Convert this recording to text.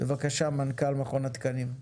בבקשה, מנכ"ל מכון התקנים.